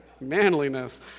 Manliness